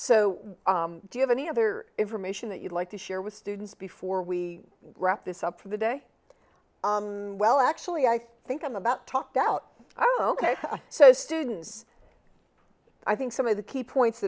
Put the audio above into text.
so do you have any other information that you'd like to share with students before we wrap this up for the day well actually i think i'm about talked out oh ok so students i think some of the key points